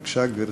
בבקשה, גברתי.